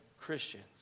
Christians